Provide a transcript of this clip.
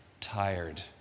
tired